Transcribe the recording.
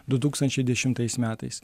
du tūkstančiai dešimtais metais